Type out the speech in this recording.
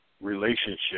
relationship